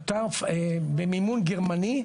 האתר במימון גרמני,